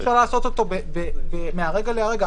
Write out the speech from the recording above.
אי אפשר לעשות את זה מהרגע להרגע.